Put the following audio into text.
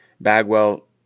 Bagwell